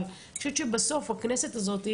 אבל אני חושבת שבסוף הכנסת הזאת,